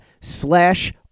slash